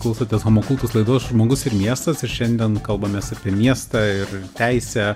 klausotės homo cultus laidos žmogus ir miestas ir šiandien kalbamės apie miestą ir teisę